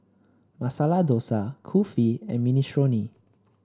Masala Dosa Kulfi and Minestrone